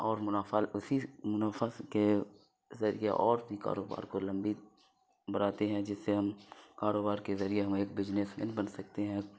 اور منافع اسی منافع کے ذریعہ اور بھی کاروبار کو لمبی بڑھاتے ہیں جس سے ہم کاروبار کے ذریعے ہم ایک بجنس مین بن سکتے ہیں